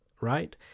right